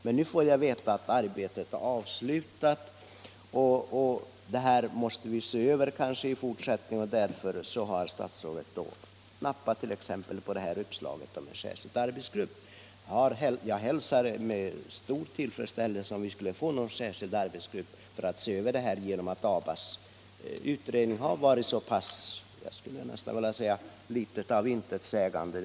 Men nu får jag veta att arbetet är avslutat och att man kanske måste se över det hela, varför statsrådet har nappat t.ex. på uppslaget om en särskild arbetsgrupp. Jag skulle hälsa det med stor tillfredsställelse om man tillsatte en särskild arbetsgrupp för att se över problemen, eftersom ABA:s utredning enligt min mening varit så pass intetsägande.